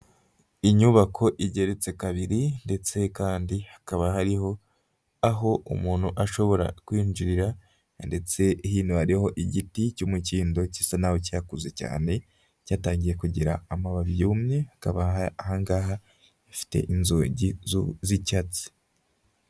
Inyubako igeretse kabiri ndetse kandi hakaba hariho aho umuntu ashobora kwinjirira ndetse hino hariho igiti cy'umukindo gisa naho cyakuze cyane. Cyatangiye kugira amababi yumye hakaba aha ngaha hafite inzugi z'icyatsi.